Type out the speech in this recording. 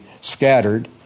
scattered